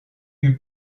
eut